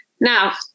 Now